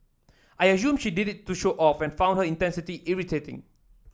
I assumed she did it to show off and found her irritating